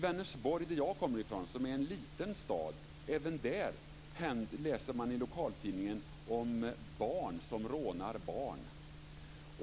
Jag kommer från Vänersborg, som är en liten stad. Även där läser man i lokaltidningen om barn som rånar barn.